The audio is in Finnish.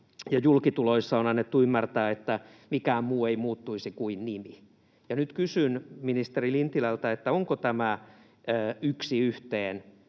ja julkituloissa on annettu ymmärtää, että mikään muu ei muuttuisi kuin nimi. Nyt kysyn ministeri Lintilältä, onko tämä yksi yhteen